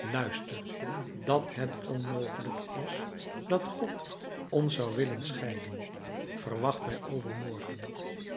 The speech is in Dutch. luister dat het onmogelijk is dat god ons zou willen scheiden verwacht mij overmorgen